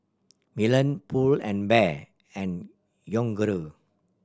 Milan Pull and Bear and Yoguru